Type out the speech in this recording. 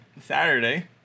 saturday